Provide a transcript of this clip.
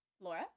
Laura